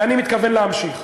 ואני מתכוון להמשיך.